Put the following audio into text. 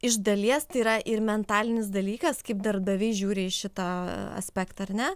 iš dalies tai yra ir mentalinis dalykas kaip darbdaviai žiūri į šitą aspektą ar ne